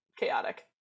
chaotic